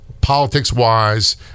Politics-wise